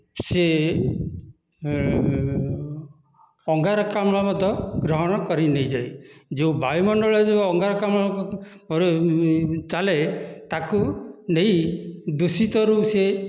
ସେ ଅଙ୍ଗାରକାମ୍ଳ ମଧ୍ୟ ଗ୍ରହଣ କରିନେଇଯାଏ ଯେଉଁ ବାୟୁମଣ୍ଡଳରେ ଯେଉଁ ଅଙ୍ଗାରକାମ୍ଳରେ ଚାଲେ ତାକୁ ନେଇ ଦୂଷିତରୁ ସେ